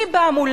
מי בא מולם?